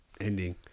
ending